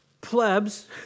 plebs